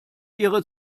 ihre